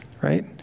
right